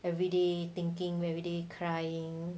everyday thinking where everyday crying